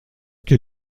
que